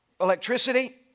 electricity